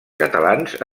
catalans